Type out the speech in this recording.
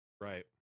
right